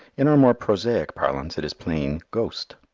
in our more prosaic parlance it is plain ghost.